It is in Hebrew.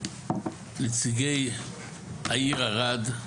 נציגי העיר ערד,